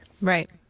right